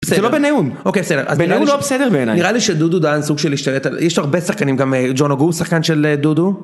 זה לא בנאום, בנאום לא בסדר בעיניי, נראה לי שדודו דהן סוג של השתלטת, יש הרבה שחקנים גם, ג'ון אוגו שחקן של דודו.